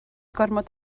gormod